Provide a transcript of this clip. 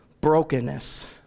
brokenness